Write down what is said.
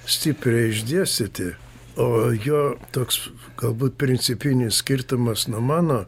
stipriai išdėstyti o jo toks galbūt principinis skirtumas nuo mano